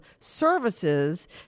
services